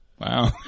Wow